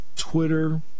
Twitter